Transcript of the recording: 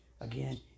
Again